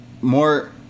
more